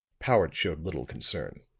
powart showed little concern.